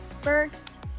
first